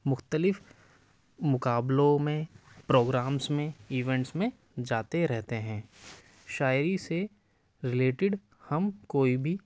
مختلف مقابلوں میں پروگرامس میں ایونیٹس میں جاتے رہتے ہیں شاعری سے ریلیٹیڈ ہم کوئی بھی